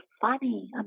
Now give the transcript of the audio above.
funny